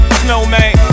snowman